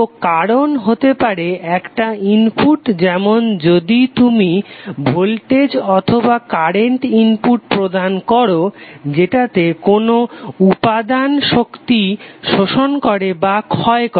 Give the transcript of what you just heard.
তো কারণ হতে পারে একটা ইনপুট যেমন যদি তুমি ভোল্টেজ অথবা কারেন্ট ইনপুট প্রদান করো যেটাতে কোনো উপাদান শক্তি শোষণ করে বা ক্ষয় করে